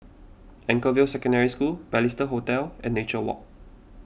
Anchorvale Secondary School Balestier Hotel and Nature Walk